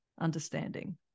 understanding